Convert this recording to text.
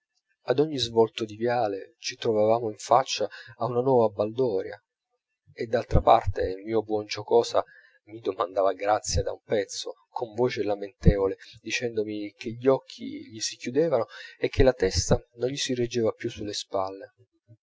ad ogni svolto di viale ci trovavamo in faccia a una nuova baldoria e d'altra parte il mio buon giacosa mi domandava grazia da un pezzo con voce lamentevole dicendomi che gli occhi gli si chiudevano e che la testa non gli si reggeva più sulle spalle